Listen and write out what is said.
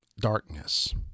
Darkness